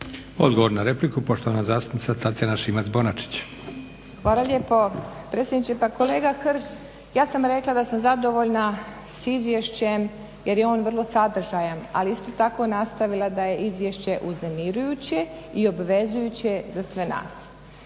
Odgovor na repliku, poštovana zastupnica Tatjana Šimac-Bonačić. **Šimac Bonačić, Tatjana (SDP)** Hvala lijepo predsjedniče. Pa kolega Hrg, ja sam rekla da sam zadovoljna s izvješćem jer je on vrlo sadržajan, ali isto tako nastavila da je izvješće uznemirujuće i obvezujuće za sve nas.